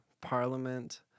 parliament